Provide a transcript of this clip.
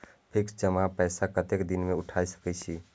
Fix जमा पैसा कतेक दिन में उठाई सके छी?